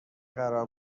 قرار